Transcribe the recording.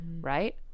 right